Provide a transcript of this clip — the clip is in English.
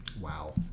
Wow